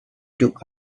took